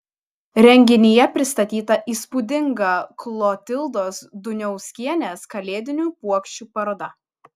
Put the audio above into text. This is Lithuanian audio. renginyje pristatyta įspūdinga klotildos duniauskienės kalėdinių puokščių paroda